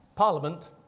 Parliament